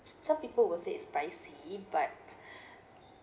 some people will say it's pricey but